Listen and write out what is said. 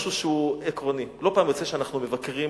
משהו שהוא עקרוני: לא פעם יוצא שאנחנו מבקרים